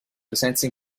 presenze